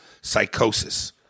psychosis